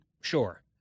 sure